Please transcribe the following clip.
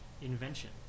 invention